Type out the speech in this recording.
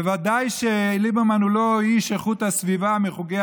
בוודאי שליברמן הוא לא איש איכות הסביבה מחוגי